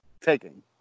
taking